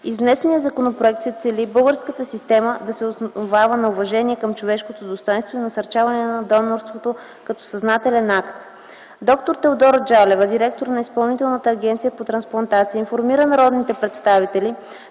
внесения законопроект се цели българската система да се основава на уважение към човешкото достойнство и насърчаване на донорството като съзнателен акт. Д-р Теодора Джалева, директор на Изпълнителна агенция по трансплантация информира народните представители,